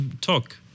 talk